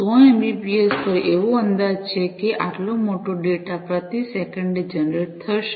100 Mbps પર એવો અંદાજ છે કે આટલો મોટો ડેટા પ્રતિ સેકન્ડે જનરેટ થશે